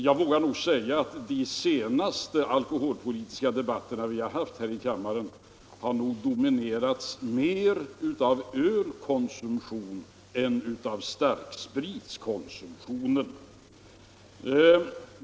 Jag vågar säga att de senaste alkoholpolitiska debatterna här i kammaren har dominerats mer av ölkonsumtionen än av starkspritskonsumtionen.